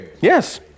Yes